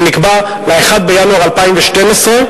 שנקבע ל-1 בינואר 2012,